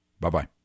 Bye-bye